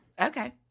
Okay